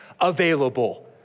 available